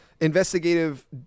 investigative